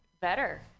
better